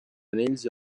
anells